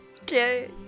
Okay